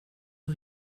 har